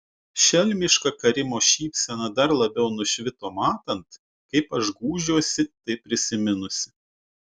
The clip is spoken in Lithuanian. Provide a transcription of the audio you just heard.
šelmiška karimo šypsena dar labiau nušvito matant kaip aš gūžiuosi tai prisiminusi